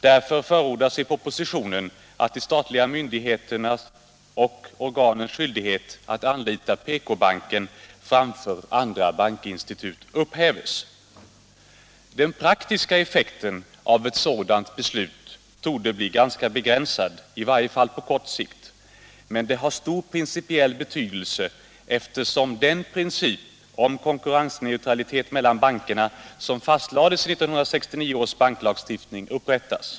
Därför förordas i propositionen att de statliga myndigheternas och organens skyldighet att anlita PK-banken framför andra bankinstitut upphävs. Den praktiska effekten av ett sådant beslut torde bli ganska begränsad, i varje fall på kort sikt, men det har stor principiell betydelse, eftersom den princip om konkurrensneutralitet mellan bankerna, som fastlades 1969 i banklagstiftningen, upprättas.